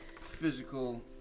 physical